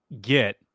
get